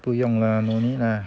不用 lah no need lah